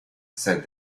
said